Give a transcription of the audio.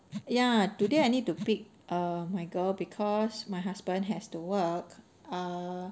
ya today I need to pick my girl because my husband has to work